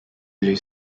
blue